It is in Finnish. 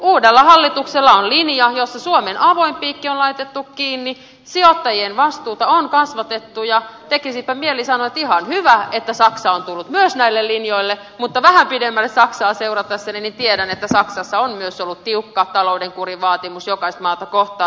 uudella hallituksella on linja jossa suomen avoin piikki on laitettu kiinni sijoittajien vastuuta on kasvatettu ja tekisipä mieli sanoa että ihan hyvä että saksa on tullut myös näille linjoille mutta vähän pidemmälle saksaa seuratessani tiedän että saksassa on myös ollut tiukka talouden kurivaatimus jokaista maata kohtaan